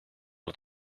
het